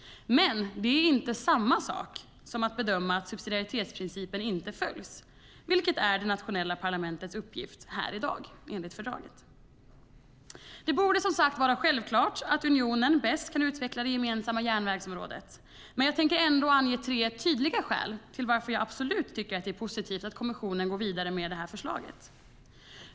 Men det är inte samma sak som att bedöma att subsidiaritetsprincipen inte följts, vilket är det nationella parlamentets uppgift här i dag enligt fördraget. Det borde, som sagt, vara självklart att unionen bäst kan utveckla det gemensamma järnvägsområdet. Jag tänker ändå ange tre tydliga skäl till varför jag absolut tycker att det är positivt att kommissionen går vidare med förslaget.